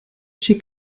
she